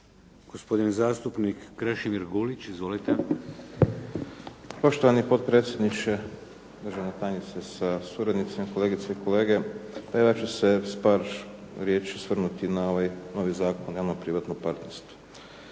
Gospodin zastupnik Krešimir Gulić. Izvolite. **Gulić, Krešimir (HDZ)** Poštovani potpredsjedniče, državna tajnice sa suradnicima, kolegice i kolege. Evo ja ću se s par riječi osvrnuti na ovaj novi Zakon o javno privatnom partnerstvu.